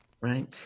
Right